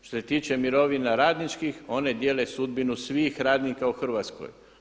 Što se tiče mirovina radničkih one dijele sudbinu svih radnika u Hrvatskoj.